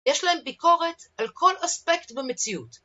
יש להם ביקורת על כל אספקט במציאות.